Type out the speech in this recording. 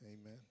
Amen